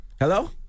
Hello